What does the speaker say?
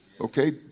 okay